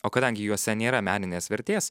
o kadangi juose nėra meninės vertės